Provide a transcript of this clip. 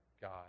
God